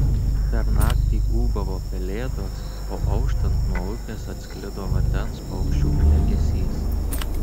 per naktį ūbavo pelėdos o auštant nuo upės atsklido vandens paukščių klegesys